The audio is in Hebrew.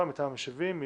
אני